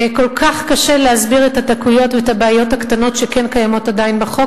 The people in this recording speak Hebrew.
וכל כך קשה להסביר את הדקויות ואת הבעיות הקטנות שכן קיימות עדיין בחוק,